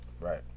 Right